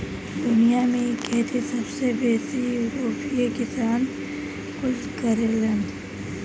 दुनिया में इ खेती सबसे बेसी यूरोपीय किसान कुल करेलन